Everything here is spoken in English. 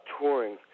touring